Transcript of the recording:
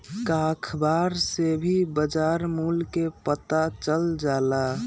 का अखबार से भी बजार मूल्य के पता चल जाला?